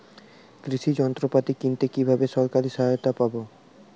কৃষি যন্ত্রপাতি কিনতে কিভাবে সরকারী সহায়তা পাব?